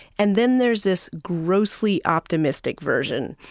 and then there's this grossly optimistic version.